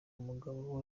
umugabo